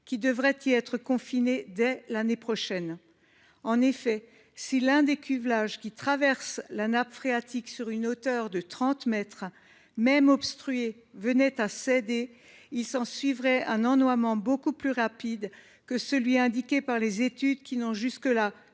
qui devraient y être confinés dès l’année prochaine. En effet, si l’un des cuvelages qui traversent la nappe phréatique sur une hauteur de trente mètres, même obstrué, venait à céder, il s’ensuivrait un ennoiement beaucoup plus rapide que ce qui est indiqué dans les études disponibles,